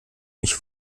mich